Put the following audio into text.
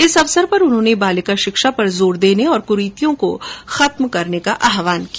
इस अवसर पर उन्होने बालिका शिक्षा पर जोर देने और कुरीतियों को खत्म करने का आह्वान किया